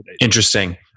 Interesting